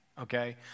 okay